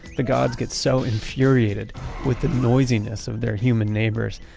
the gods get so infuriated with the noisiness of their human neighbors,